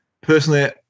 Personally